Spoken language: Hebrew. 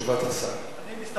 אני מסתפק בתשובת השר.